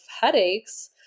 headaches